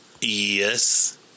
Yes